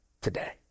today